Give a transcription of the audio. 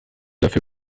dafür